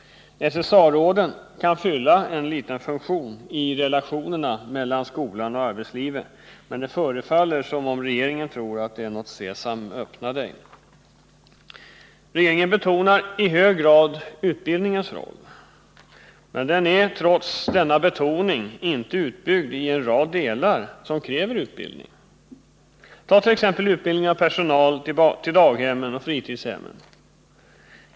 SSA-råden kan fylla en liten funktion i relationerna mellan skolan och arbetslivet, men det förefaller som om regeringen tror att de är nagot ”sesam, öppna dig”. Regeringen betonar i hög grad utbildningens roll. Men den är trots denna betoning inte utbyggd på en rad områden, t.ex. när det gäller utbildningen av personal till daghem och fritidshem.